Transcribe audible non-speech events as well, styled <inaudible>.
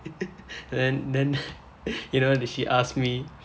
<laughs> then then <laughs> you know what did she ask me